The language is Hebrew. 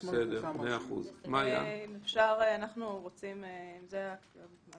גם הגופים עצמם רוצים שיחול עליהם הצו כדי שהבנקים